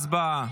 הצבעה.